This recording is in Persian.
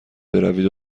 بروید